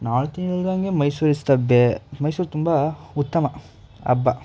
ನಾನು ತಿಳಿದಂಗೆ Mysuru is the ಬೆ ಮೈಸೂರು ತುಂಬ ಉತ್ತಮ ಹಬ್ಬ